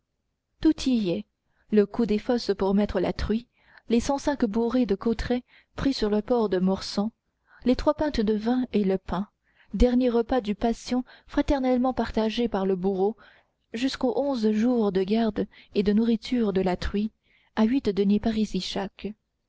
tout y est le coût des fosses pour mettre la truie les cinq cents bourrées de cotrets pris sur le port de morsant les trois pintes de vin et le pain dernier repas du patient fraternellement partagé par le bourreau jusqu'aux onze jours de garde et de nourriture de la truie à huit deniers parisis chaque